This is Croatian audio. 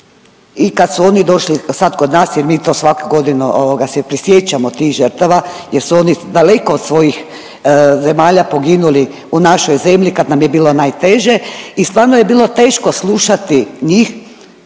I kad su oni došli sad kod nas, jer mi to svake godine se prisjećamo tih žrtava jer su oni daleko od svojih zemalja poginuli u našoj zemlji kad nam je bilo najteže i stvarno je bilo teško slušati njih